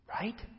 Right